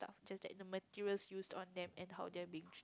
just that the material used on them and how they are being